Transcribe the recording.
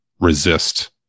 resist